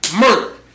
murder